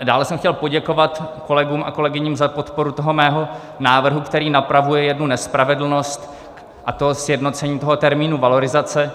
Dále jsem chtěl poděkovat kolegům a kolegyním za podporu mého návrhu, který napravuje jednu nespravedlnost, a to sjednocením termínu valorizace.